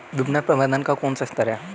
विपणन प्रबंधन का कौन सा स्तर है?